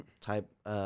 type